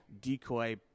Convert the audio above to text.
decoy